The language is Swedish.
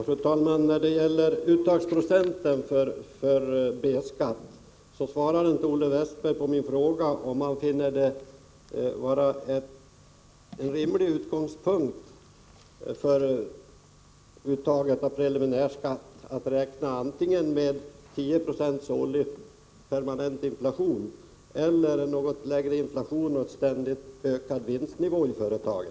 Fru talman! I vad gäller frågan om uttagsprocenten för B-skatt svarade inte Olle Westberg på min fråga, om han finner det vara en rimlig utgångspunkt för uttaget av preliminärskatt att räkna antingen med 10 96 permanent årlig inflation eller en något lägre inflation och en ständigt ökad vinstnivå i företagen.